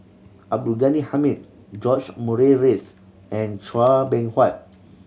Abdul Ghani Hamid George Murray Reith and Chua Beng Huat